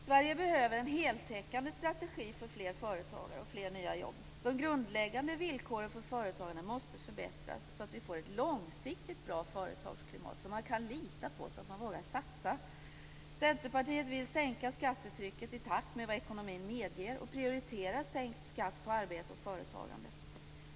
Sverige behöver en heltäckande strategi för fler företagare och fler nya jobb. De grundläggande villkoren för företagarna måste förbättras, så att vi får ett långsiktigt bra företagsklimat som man kan lita på så att man vågar satsa. Centerpartiet vill sänka skattetrycket i takt med vad ekonomin medger och prioritera sänkt skatt på arbete och företagande.